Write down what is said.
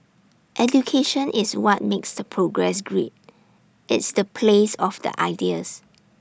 education is what makes the progress great it's the place of the ideas